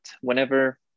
whenever